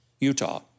Utah